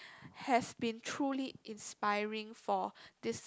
has been truly inspiring for this